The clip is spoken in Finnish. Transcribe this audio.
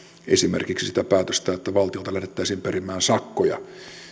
sitä päätöstä että valtiolta lähdettäisiin perimään sakkoja va